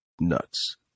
nuts